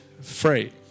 free